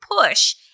push